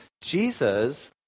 Jesus